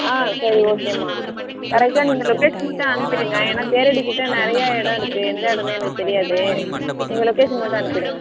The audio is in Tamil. ஆ சரி ஓகேம்மா கரெக்டாக நீங்கள் லொக்கேஷன் மட்டும் அனுப்பிவிடுங்க ஏன்னா தேரடிக்கிட்ட நிறைய இடோம் இருக்கு எந்த இடோன்னே எனக்கு தெரியாது நீங்கள் லொக்கேஷன் மட்டும் அனுப்பிவிடுங்க